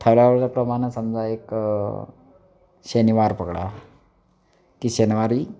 ठरवल्याप्रमाणं समजा एक शनिवार पकडा की शनिवारी